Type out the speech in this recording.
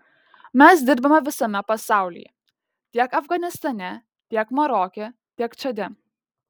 mes dirbame visame pasaulyje tiek afganistane tiek maroke tiek čade